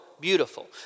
beautiful